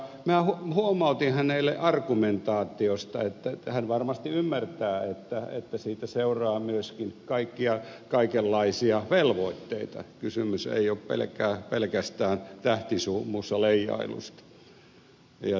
minä huomautin hänelle argumentaatiosta että hän varmasti ymmärtää että siitä seuraa myöskin kaikenlaisia velvoitteita kysymys ei ole pelkästään tähtisumussa leijailusta